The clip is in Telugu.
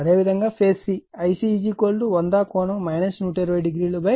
అదేవిధంగా ఫేజ్ c Ic 100∠ 12006 j8